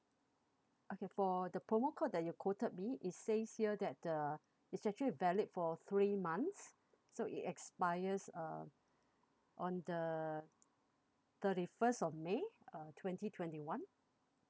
okay for the promo code that you quoted me it says here that uh it's actually valid for three months so it expires uh on the thirty first of may uh twenty twenty one